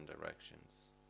directions